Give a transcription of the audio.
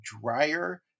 drier